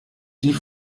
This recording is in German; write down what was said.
die